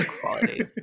quality